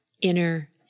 inner